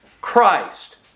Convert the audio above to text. Christ